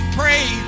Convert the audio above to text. pray